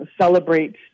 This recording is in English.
celebrate